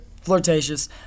flirtatious